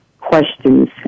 Questions